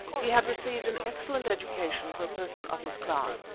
he had received an excellent education for a person of his class,